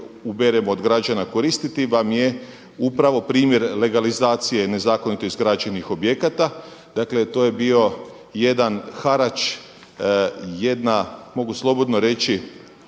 uberemo od građana koristiti vam je upravo primjer legalizacije nezakonito izgrađenih objekata. Dakle, to je bio jedan harač, jedna mogu slobodno reći